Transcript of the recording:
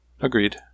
Agreed